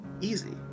easy